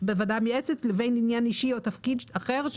בוועדה המייעצת בין ענין אישי או תפקיד אחר,